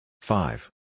Five